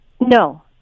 No